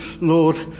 Lord